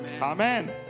Amen